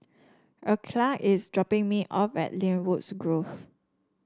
Erykah is dropping me off at Lynwood Grove